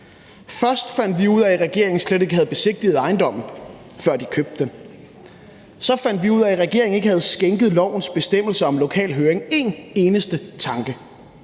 Først fandt vi ud af, at regeringen slet ikke havde besigtiget ejendommen, før de købte den. Så fandt vi ud af, at regeringen ikke havde skænket lovens bestemmelser om lokal høring en eneste tanke.